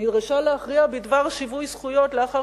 נדרשה להכריע בדבר שיווי זכויות לאחר